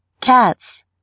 cats